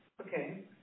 Okay